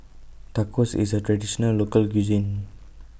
Tacos IS A Traditional Local Cuisine